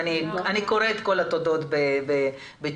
אני קוראת את כל התודות בצ'ט.